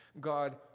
God